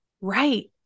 Right